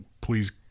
please